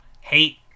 hate